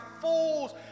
fools